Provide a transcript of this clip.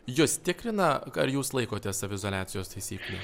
jus tikrina ar jūs laikotės saviizoliacijos taisyklių